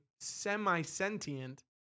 semi-sentient